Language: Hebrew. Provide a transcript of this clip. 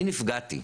אני נפגעתי.